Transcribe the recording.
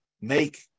make